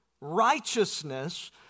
righteousness